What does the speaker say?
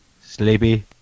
Sleepy